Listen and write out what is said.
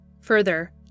Further